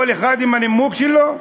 כל אחד עם הנימוק שלו.